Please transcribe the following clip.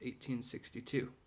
1862